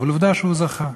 אבל עובדה שהוא זכה.